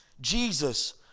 Jesus